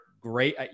great